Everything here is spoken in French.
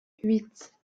huit